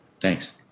Thanks